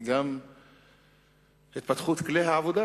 היא גם התפתחות כלי העבודה,